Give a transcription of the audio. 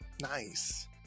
Nice